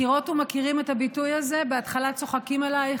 מכירות ומכירים את הביטוי הזה: בהתחלה צוחקים עלייך,